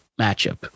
matchup